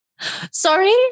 Sorry